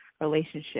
relationship